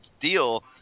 deal